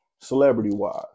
celebrity-wise